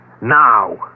Now